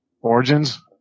Origins